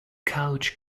couch